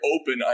open